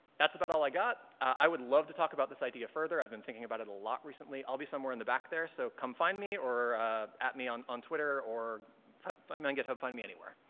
that's about all i got. i would love to talk about this idea further, i've been thinking about it a lot recently. i'll be somewhere in the back there so come find me or me on on twitter, or find me on github, find me anywhere.